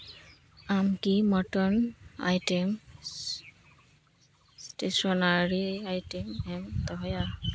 ᱟᱢ ᱠᱤ ᱢᱚᱴᱚᱱ ᱟᱭᱴᱮᱢᱥ ᱥᱴᱮᱥᱚᱱᱟᱨᱤ ᱟᱭᱴᱮᱢ ᱮᱢ ᱫᱚᱦᱚᱭᱟ